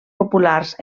populars